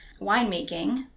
winemaking